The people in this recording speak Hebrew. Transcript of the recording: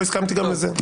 לא הסכמתי גם לזה.